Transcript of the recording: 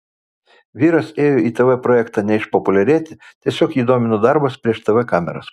vyras ėjo į tv projektą ne išpopuliarėti tiesiog jį domino darbas prieš tv kameras